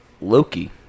Loki